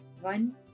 one